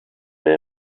fer